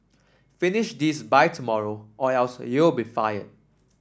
finish this by tomorrow or else you'll be fired